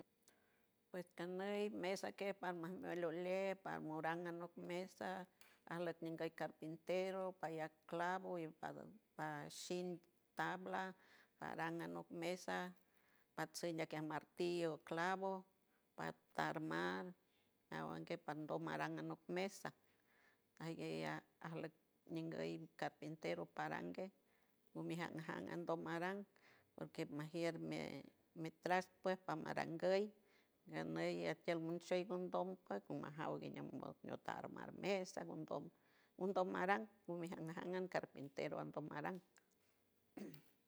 Pues canderi mesa pan nangolole palmurango mesa mas la tenga el carpintero paya clavo poshin tabla parangayano mesa pashinga ata ta martillo llabo patarmar elunque palangano mesa tayke ella aslet ahí carpintero, parangue quimijam. jam tumaran porque majiel me atrazo pues para mauyuiar ya no hay aten hay aten me ushumbation con mas jaudi como maramesa con todo un tamaran como un gama jamaran un carpintero jamaran